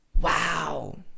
wow